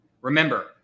remember